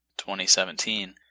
2017